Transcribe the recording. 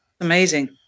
Amazing